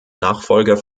nachfolger